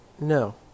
no